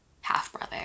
half-brother